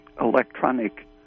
electronic